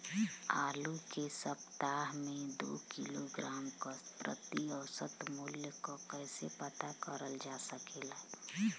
आलू के सप्ताह में दो किलोग्राम क प्रति औसत मूल्य क कैसे पता करल जा सकेला?